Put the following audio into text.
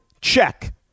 check